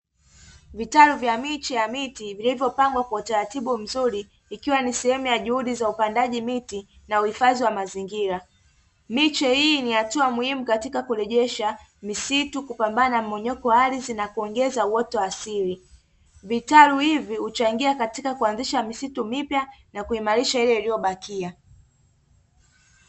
Vitabu vya miche ya miti vilivyopangwa kwa utaratibu mzuri ikiwa ni sehemu ya juhudi za upandaji miti na uhifadhi wa mazingira, miche hii ni hatua muhimu katika kurejesha misitu kupambana na mmonyoko wa ardhi na kuongeza wote asili. Vitalu hivi uchangia katika kuanzisha misitu mipya na kuimarisha ile iliyobakia.